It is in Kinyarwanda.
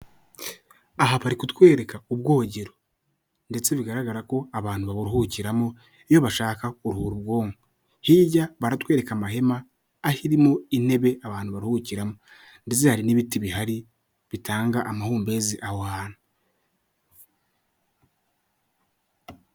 Aha bari kutwereka ubwogero ndetse bigaragara ko abantu baruhukiramo, iyo bashaka kuruhura ubwonko. Hirya baratwereka amahema aho irimo intebe abantu baruhukiramo, ndetse hari n'ibiti bihari bitanga amahumbezi aho hantu.